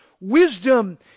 wisdom